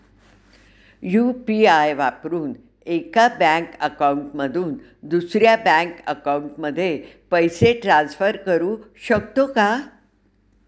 UPI वापरून एका bank account मधून दुसऱ्या बँक अकाउंटमध्ये पैसे ट्रान्सफर करू शकतो का?